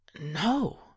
no